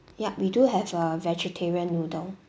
yup we do have a vegetarian noodle